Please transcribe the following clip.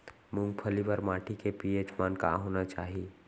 मूंगफली बर माटी के पी.एच मान का होना चाही?